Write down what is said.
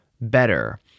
better